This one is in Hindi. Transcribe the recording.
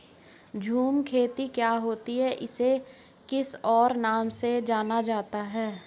झूम खेती क्या होती है इसे और किस नाम से जाना जाता है?